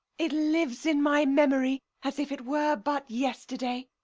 it lives in my memory as if it were but yesterday.